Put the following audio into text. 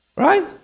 Right